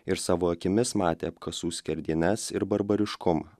ir savo akimis matė apkasų skerdynes ir barbariškumą